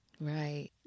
Right